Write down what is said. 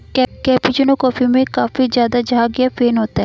cappuccino coffee में काफी ज़्यादा झाग या फेन होता है